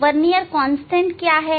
vernier constant क्या है